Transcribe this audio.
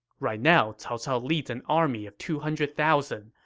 right now cao cao leads an army of two hundred thousand,